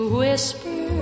whisper